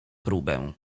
próbę